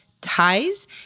ties